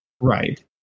Right